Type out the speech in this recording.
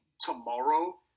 tomorrow